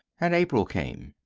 and april came.